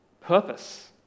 Purpose